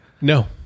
No